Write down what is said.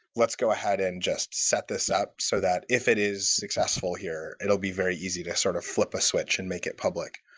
let's go ahead and just set this up so that if it is successful here, it'll be very easy to sort of flip a switch and make it public.